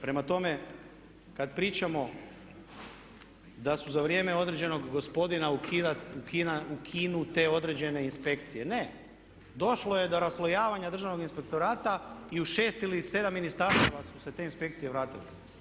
Prema tome, kad pričamo da su za vrijeme određenog gospodina ukinute određene inspekcije, ne, došlo je do raslojavanja Državnog inspektorata i u 6 ili 7 ministarstava su se te inspekcije vratile.